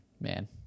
man